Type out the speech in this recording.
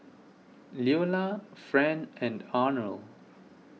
Leola Fran and Arnold